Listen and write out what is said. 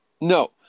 No